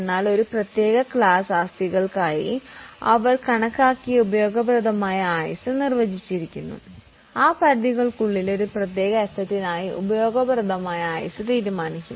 എന്നാൽ ഒരു പ്രത്യേക ക്ലാസ് ആസ്തികൾക്കായി അവർ കണക്കാക്കിയ ഉപയോഗപ്രദമായ ലൈഫ് നിർവചിച്ചിരിക്കുന്നു ഇപ്പോൾ ആ പരിധിക്കുള്ളിലെ ഒരു പ്രത്യേക അസറ്റിനായി അവർ ഉപയോഗപ്രദമായ ലൈഫ് തീരുമാനിക്കും